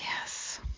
Yes